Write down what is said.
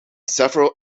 several